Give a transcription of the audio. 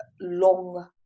long